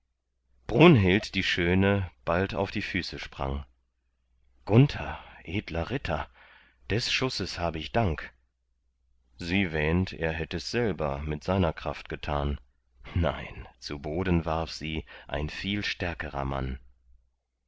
brunhild die schöne bald auf die füße sprang gunther edler ritter des schusses habe dank sie wähnt er hätt es selber mit seiner kraft getan nein zu boden warf sie ein viel stärkerer mann